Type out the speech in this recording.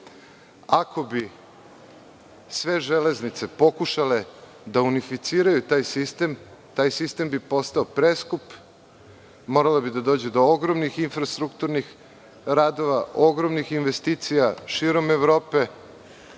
bi sve železnice pokušale da unificiraju taj sistem, taj sistem bi postao preskup. Moralo bi da dođe do ogromnih infrastrukturnih radova, ogromnih investicija Evrope,